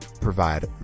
provide